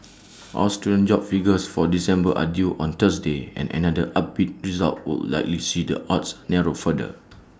Australian jobs figures for December are due on Thursday and another upbeat result would likely see the odds narrow further